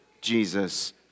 Jesus